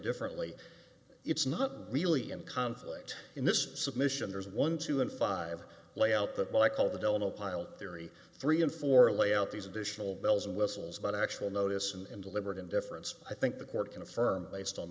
differently it's not really in conflict in this submission there's one two and five lay out that like all the delano piled theory three and four lay out these additional bells and whistles but actual notice and deliberate indifference i think the court can affirm based on